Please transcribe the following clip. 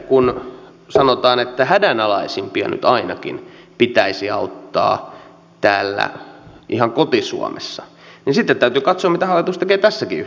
kun sanotaan että hädänalaisimpia nyt ainakin pitäisi auttaa ihan täällä koti suomessa niin sitten täytyy katsoa mitä hallitus tekee tässäkin yhteydessä